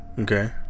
Okay